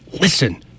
listen